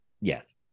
Yes